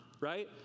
right